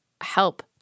help